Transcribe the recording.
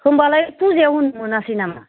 होमबालाय फुजायाव होनो मोनासै नामा